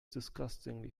disgustingly